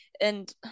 and-